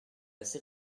assez